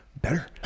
Better